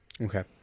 Okay